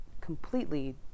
completely